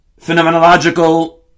phenomenological